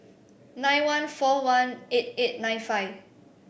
nine one four one eight eight nine five